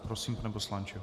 Prosím, pane poslanče.